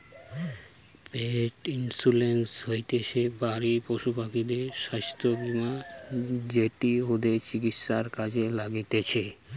পেট insurance হতিছে বাড়ির পশুপাখিদের স্বাস্থ্য বীমা যেটি ওদের চিকিৎসায় কাজে লাগতিছে